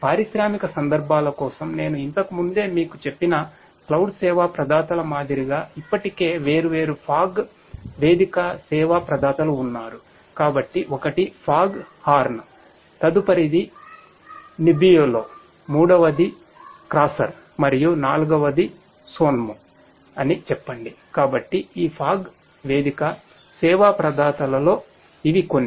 పారిశ్రామిక సందర్భాల కోసం నేను ఇంతకు ముందే మీకు చెప్పిన క్లౌడ్ వేదిక సేవ ప్రధాతలలో ఇవి కొన్ని